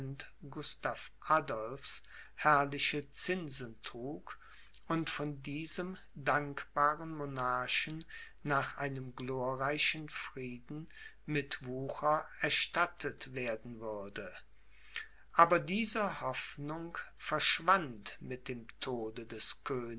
gustav adolphs herrliche zinsen trug und von diesem dankbaren monarchen nach einem glorreichen frieden mit wucher erstattet werden würde aber diese hoffnung verschwand mit dem tode des